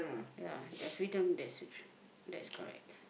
ya their freedom that that is correct